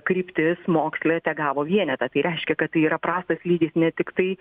kryptis moksle tegavo vienetą tai reiškia kad tai yra prastas lygis ne tiktai